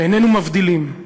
ואיננו מבדילים.